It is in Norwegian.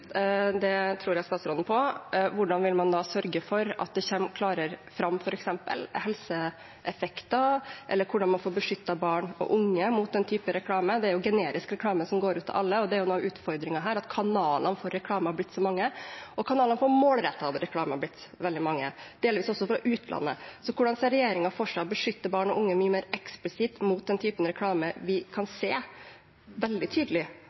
Det tror jeg statsråden på. Hvordan vil man da sørge for at f.eks. helseeffekter kommer klarere fram, eller hvordan får man beskyttet barn og unge mot den type reklame? Det er jo generisk reklame, som går ut til alle. Og det er noe av utfordringen her, at kanalene for reklame har blitt så mange, og at kanalene for målrettet reklame har blitt veldig mange, delvis også fra utlandet. Så hvordan ser regjeringen for seg å beskytte barn og unge mye mer eksplisitt mot den typen reklame vi kan se veldig tydelig